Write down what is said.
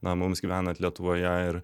na mums gyvenant lietuvoje ir